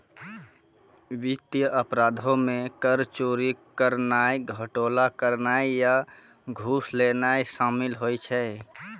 वित्तीय अपराधो मे कर चोरी करनाय, घोटाला करनाय या घूस लेनाय शामिल होय छै